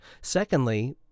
Secondly